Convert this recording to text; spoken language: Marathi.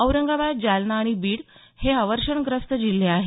औरंगाबाद जालना आणि बीड हे अवर्षणग्रस्त जिल्हे आहेत